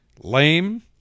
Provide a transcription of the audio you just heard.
lame